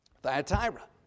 Thyatira